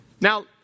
Now